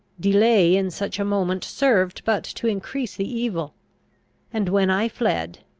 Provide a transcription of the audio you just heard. delay in such a moment served but to increase the evil and when i fled,